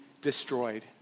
destroyed